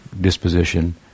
disposition